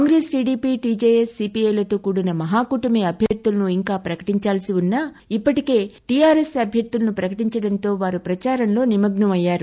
Congress TDP TJS CPI లతో కూడిన మహాకూటమి అభ్యర్లులను ఇంకా పకటించాల్పి ఉన్నా ఇప్పటికే టిఆర్ఎస్ అభ్యర్లులను ప్రపకటించడంతో వారు పచారంలో నిమగ్నం అయ్యారు